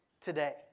today